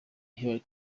hillary